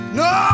no